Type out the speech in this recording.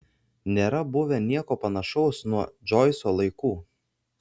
nėra buvę nieko panašaus nuo džoiso laikų